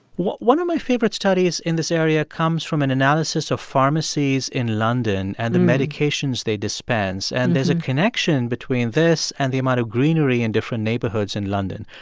one of my favorite studies in this area comes from an analysis of pharmacies in london and the medications they dispense. and there's a connection between this and the amount of greenery in different neighborhoods in london.